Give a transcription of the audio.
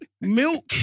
milk